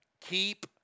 keep